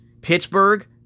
Pittsburgh